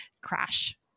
crash